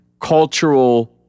cultural